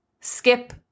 skip